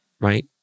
right